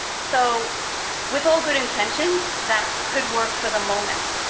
so with all good intentions, that could work for the moment,